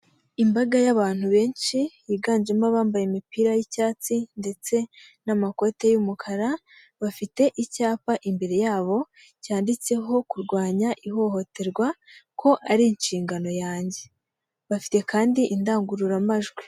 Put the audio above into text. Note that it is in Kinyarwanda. Imbaga y'abantu benshi yiganjemo abambaye imipira y'icyatsi ndetse n'amakote y'umukara, bafite icyapa imbere yabo cyanditseho kurwanya ihohoterwa ko ari inshingano yanjye, bafite kandi indangururamajwi.